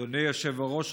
אדוני היושב-ראש,